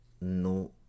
No